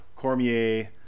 Cormier